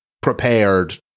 prepared